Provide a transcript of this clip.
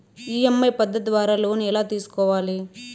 EMI పద్ధతి ద్వారా loan ఎలా తీసుకోవాలి